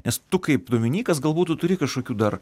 nes tu kaip dominykas galbūt tu turi kažkokių dar